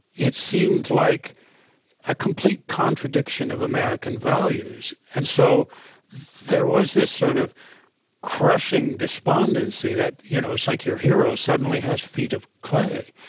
it seemed like a complete contradiction of american values. and so there was this sort of crushing despondency, you know it's like your hero suddenly has feet of clay.